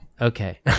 Okay